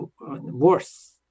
worse